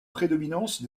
prédominance